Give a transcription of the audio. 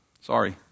Sorry